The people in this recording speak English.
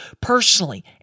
personally